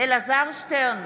אלעזר שטרן,